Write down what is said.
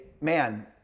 Man